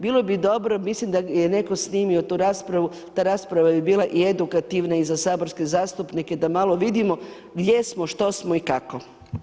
Bilo bi dobro, mislim da je netko snimio tu raspravu, ta rasprava bi bila i edukativna i za saborske zastupnike da malo vidimo gdje smo, što smo i kako.